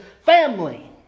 family